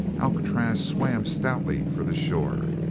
alcatraz swam stoutly for the shore.